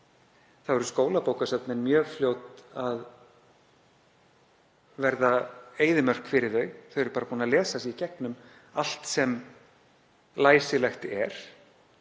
þá eru skólabókasöfnin mjög fljót að verða eyðimörk fyrir þau. Þau eru bara búin að lesa sig í gegnum allt sem læsilegt er.